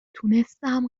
تونستم